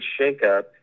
shakeup